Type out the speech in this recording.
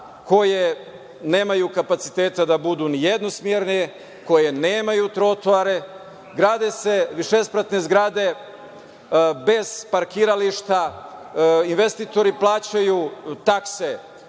koje nemaju kapaciteta da budu ni jednosmerne, koje nemaju trotoare, grade se višespratne zgrade bez parkirališta. Investitori plaćaju takse